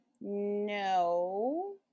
no